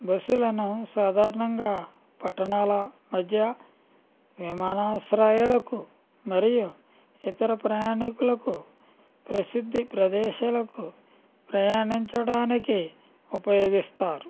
బస్సులను సాధారణంగా పట్టణాల మధ్య విమానాశ్రయాలకు మరియు ఇతర ప్రయాణికులకు ప్రసిద్ధి ప్రదేశాలకు మరియు ప్రయాణించడానికి ఉపయోగిస్తారు